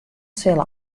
sille